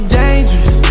dangerous